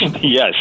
Yes